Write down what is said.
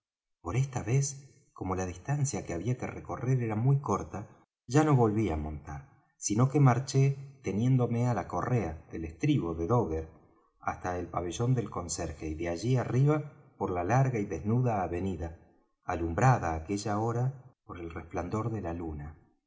por esta vez como la distancia que había que recorrer era muy corta ya no volví á montar sino que marché teniéndome á la correa del estribo de dogger hasta el pabellón del conserje y de allí arriba por la larga y desnuda avenida alumbrada á aquella hora por el resplandor de la luna